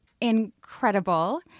incredible